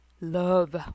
love